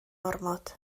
ormod